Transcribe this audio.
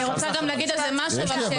אני רוצה להגיד על זה משהו כשיגיע תורי.